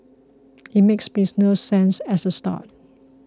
it makes business sense as a start